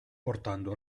portando